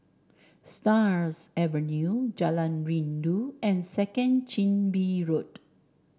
Stars Avenue Jalan Rindu and Second Chin Bee Road